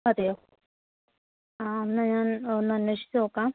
അതെയൊ ആഹ് എന്നാൽ ഞാൻ ഒന്ന് അന്വേഷിച്ച് നോക്കാം